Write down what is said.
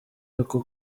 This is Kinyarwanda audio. ako